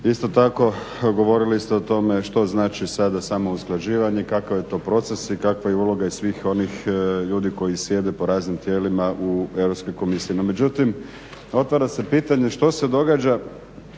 Isto tako govorili ste o tome što znači sada samo usklađivanje, kakav je to proces i kakva je uloga svih onih ljudi koji sjede po raznim tijelima u Europskoj komisiji. No međutim, otvara se pitanje što se događa